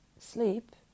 sleep